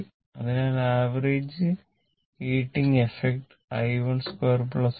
അതിനാൽ average heating effect i12 i22